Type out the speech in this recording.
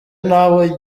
n’abo